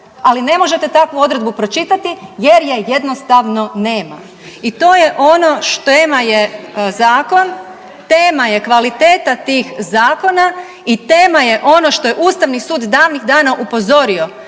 Ali ne možete takvu odredbu pročitati jer je jednostavno nema. I to je ono, tema je zakon, tema je kvaliteta tih zakona i tema je ono što je Ustavni sud davnih dana upozorio,